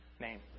Name